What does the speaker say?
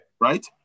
right